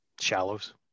Shallows